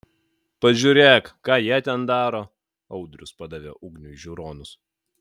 pažiūrėk ką jie ten daro audrius padavė ugniui žiūronus